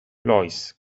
lois